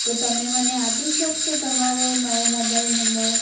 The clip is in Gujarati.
તો તમે મને આપી શકશો તમારો નવો મોબાઈલ નંબર